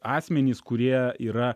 asmenys kurie yra